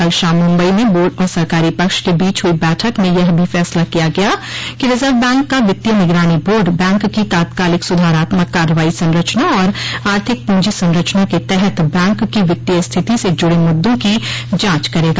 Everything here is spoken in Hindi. कल शाम मुम्बई में बोर्ड और सरकारी पक्ष के बीच हुई बैठक में यह भी फैसला किया गया कि रिजर्व बैंक का वित्तीय निगरानी बोर्ड बैंक की तात्कालिक सुधारात्मक कार्रवाई संरचना और आर्थिक पूंजी संरचना के तहत बैंक की वित्तीय स्थिति से जुड़े मुद्दों की जांच करेगा